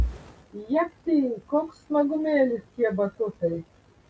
japy koks smagumėlis tie batutai